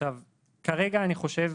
אני חושב